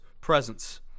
presence